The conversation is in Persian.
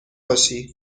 باشی